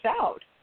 out